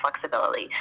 flexibility